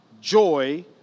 joy